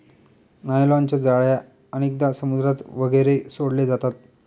नायलॉनच्या जाळ्या अनेकदा समुद्रात वगैरे सोडले जातात